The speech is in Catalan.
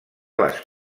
les